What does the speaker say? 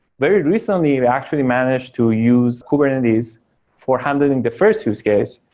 very recently, we actually managed to use kubernetes for handling the first use case,